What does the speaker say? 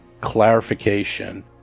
clarification